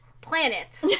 planet